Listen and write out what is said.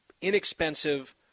inexpensive